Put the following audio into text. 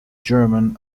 german